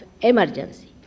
emergency